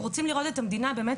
אנחנו רוצים לראות את המדינה באמת,